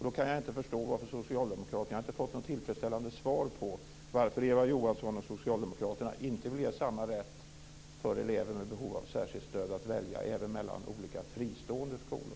Då kan jag inte förstå - jag har nämligen inte fått något tillfredsställande svar - varför Eva Johansson och socialdemokraterna inte vill ge elever med behov av särskilt stöd samma rätt att välja även mellan olika fristående skolor.